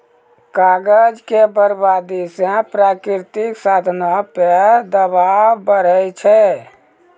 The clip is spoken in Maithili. कागज के बरबादी से प्राकृतिक साधनो पे दवाब बढ़ै छै